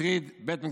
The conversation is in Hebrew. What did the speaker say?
שריד בית מקדשנו,